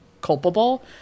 culpable